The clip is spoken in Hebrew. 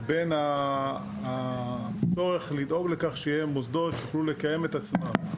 ובין הצורך לדאוג לכך שיהיו מוסדות שיוכלו לקיים את עצמם.